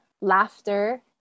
laughter